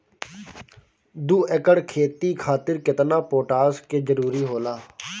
दु एकड़ खेती खातिर केतना पोटाश के जरूरी होला?